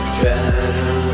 better